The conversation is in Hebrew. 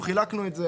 חילקנו את זה